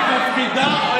את מפחידה.